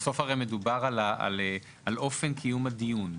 הרי בסוף מדובר על אופן קיום הדיון.